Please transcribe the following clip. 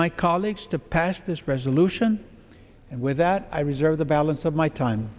my colleagues to pass this resolution and with that i reserve the balance of my time